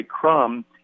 Crum